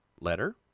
letter